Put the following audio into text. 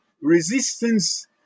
resistance